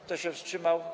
Kto się wstrzymał?